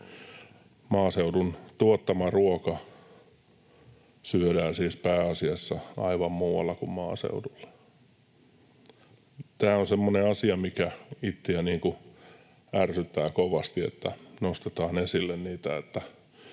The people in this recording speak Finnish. Maaseudun tuottama ruoka syödään siis pääasiassa aivan muualla kuin maaseudulla. Tämä on semmoinen asia, mikä itseäni ärsyttää kovasti, että nostetaan esille niitä,